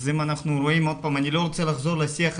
אני לא רוצה לחזור לשיח הזה,